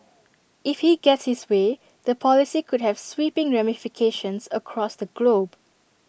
if he gets his way the policy could have sweeping ramifications across the globe